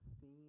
theme